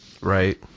Right